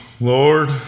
Lord